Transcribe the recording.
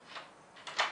במרקם